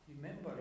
remember